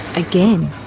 again.